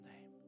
name